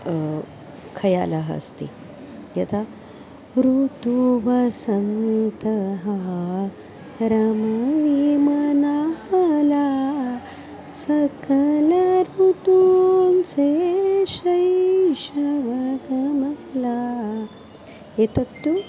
खयालः अस्ति यथा ऋतु वसन्तः रमनिमनाला सकल ऋतून्से शैशवकमला एतत्तु